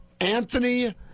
Anthony